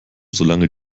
solange